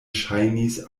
ŝajnis